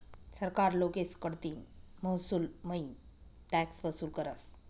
सरकार लोकेस कडतीन महसूलमईन टॅक्स वसूल करस